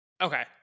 Okay